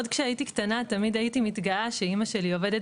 עוד כשהייתי קטנה תמיד הייתי מתגאה שאמא שלי עובדת